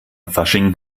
fasching